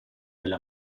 delle